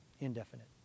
indefinite